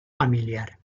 familiar